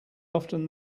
often